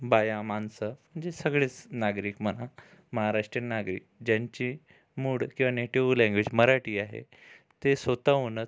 बाया माणसं म्हणजे सगळेच नागरिक म्हणा महाराष्ट्रीयन नागरिक ज्यांचे मूळ किंवा नेटिव लैंग्वेज मराठी आहे ते स्वतःहूनच